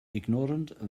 ignorant